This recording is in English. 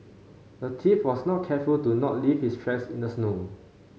the thief was not careful to not leave his tracks in the snow